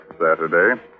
Saturday